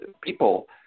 people